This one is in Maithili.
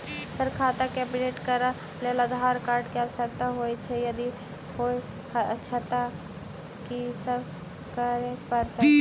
सर खाता केँ अपडेट करऽ लेल आधार कार्ड केँ आवश्यकता होइ छैय यदि होइ छैथ की सब करैपरतैय?